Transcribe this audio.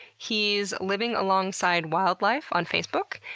he's livingalongsidewildlife on facebook.